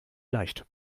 leicht